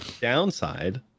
downside